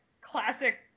classic